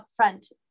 upfront